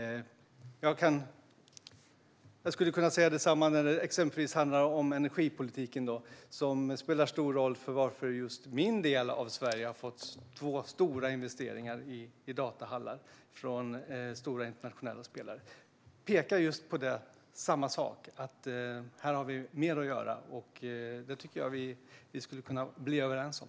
Jag skulle kunna säga detsamma när det exempelvis handlar om energipolitiken, som spelar stor roll för att just min del av Sverige har fått två stora investeringar i datahallar från stora internationella spelare. Detta tyder på just samma sak: Här har vi mer att göra, och det tycker jag att vi skulle kunna bli överens om.